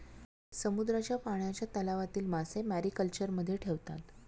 समुद्राच्या पाण्याच्या तलावातील मासे मॅरीकल्चरमध्ये ठेवतात